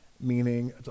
meaning